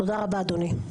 תודה רבה אדוני.